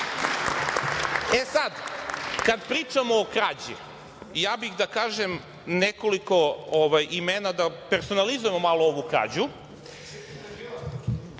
sada, kada pričamo o krađi, ja bih da kažem nekoliko imena da personalizujemo malo ovu krađu,